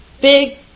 big